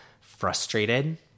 frustrated